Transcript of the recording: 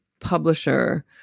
publisher